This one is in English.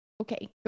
okay